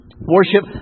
worship